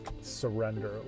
surrender